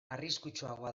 arriskutsuagoa